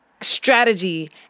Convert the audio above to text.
strategy